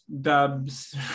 dubs